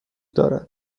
دارد